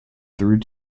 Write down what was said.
through